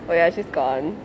oh ya she's gone